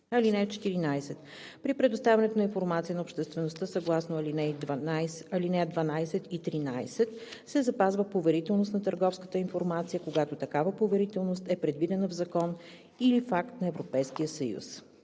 т. 4. (14) При предоставянето на информация на обществеността съгласно ал. 12 и 13 се запазва поверителност на търговска информация, когато такава поверителност е предвидена в закон или в акт на Европейския съюз.